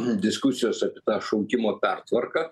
diskusijos apie tą šaukimo pertvarką